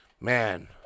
Man